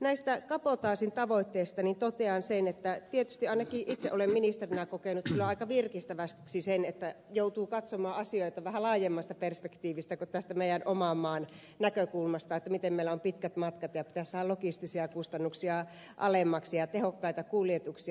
näistä kabotaasin tavoitteista totean sen että tietysti ainakin itse olen ministerinä kokenut kyllä aika virkistäväksi sen että joutuu katsomaan asioita vähän laajemmasta perspektiivistä kuin tästä meidän oman maan näkökulmasta että miten meillä on pitkät matkat ja pitäisi saada logistisia kustannuksia alemmaksi ja tehokkaita kuljetuksia